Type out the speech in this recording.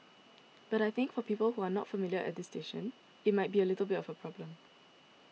but I think for people who are not familiar at this station it might be a bit of a problem